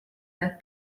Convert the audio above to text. need